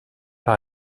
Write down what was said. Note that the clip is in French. par